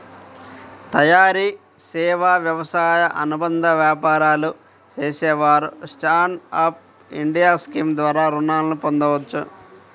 తయారీ, సేవా, వ్యవసాయ అనుబంధ వ్యాపారాలు చేసేవారు స్టాండ్ అప్ ఇండియా స్కీమ్ ద్వారా రుణాలను పొందవచ్చు